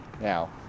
now